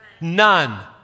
None